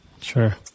Sure